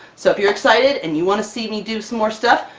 so if you're excited and you want to see me do some more stuff,